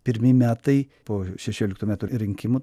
pirmi metai po šešioliktų metų rinkimų